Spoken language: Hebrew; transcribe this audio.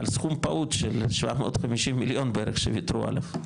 על סכום פעוט של 750 מיליון בערך שוויתרו עליו,